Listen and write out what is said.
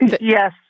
Yes